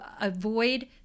avoid